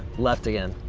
left again.